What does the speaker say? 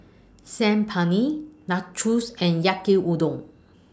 Saag Paneer Nachos and Yaki Udon